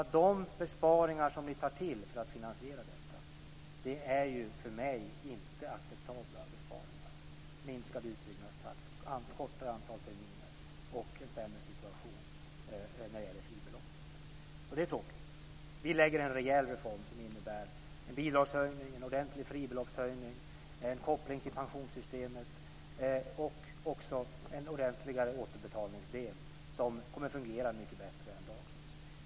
Men de besparingar ni tar till för att finansiera detta är för mig inte acceptabla besparingar: minskad utbyggnadstakt, färre antal terminer och en sämre situation när det gäller fribeloppet. Det är tråkigt. Vi lägger fram förslag om en rejäl reform som innebär en bidragshöjning, en ordentlig fribeloppshöjning, en koppling till pensionssystemet och även en ordentligare återbetalningsdel, som kommer att fungera mycket bättre än dagens.